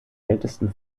ältesten